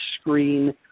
screen